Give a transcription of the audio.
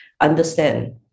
understand